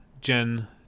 Jen